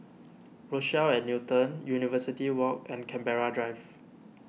Rochelle at Newton University Walk and Canberra Drive